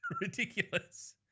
Ridiculous